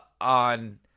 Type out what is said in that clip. on